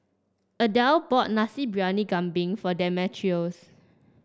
Adelle bought Nasi Briyani Kambing for Demetrios